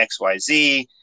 XYZ